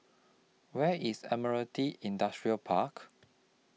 Where IS Admiralty Industrial Park